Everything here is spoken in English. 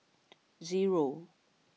zero